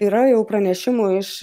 yra jau pranešimų iš